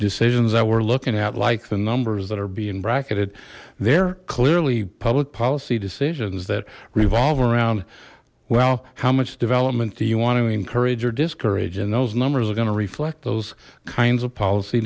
decisions that we're looking at like the numbers that are being bracketed they're clearly public policy decisions that revolve around well how much development do you want to encourage or discourage and those numbers are going to reflect those kinds of policy